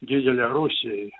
didžiulė rusijai